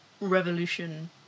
revolution